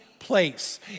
Place